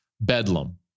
bedlam